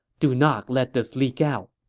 do not let this leak out.